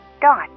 dot